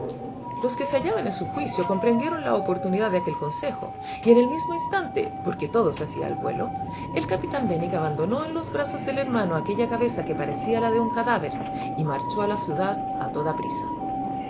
los que se hallaban en su juicio comprendieron la oportunidad de aquel consejo y en el mismo instanteporque todo se hacía al vueloel capitán benwick abandonó en los brazos del hermano aquella cabeza que parecía la de un cadáver y marchó a la ciudad a toda prisa